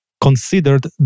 Considered